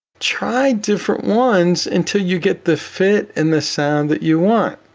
try different ones until you get the fit and the sound that you want.